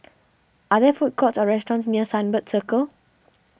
are there food courts or restaurants near Sunbird Circle